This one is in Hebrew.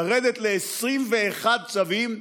לרדת ל-21 צווים,